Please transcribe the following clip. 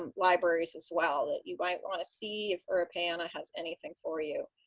and libraries as well that you might want to see if europeana has anything for you.